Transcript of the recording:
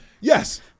Yes